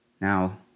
Now